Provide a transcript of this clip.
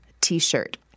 T-shirt